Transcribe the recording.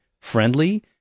friendly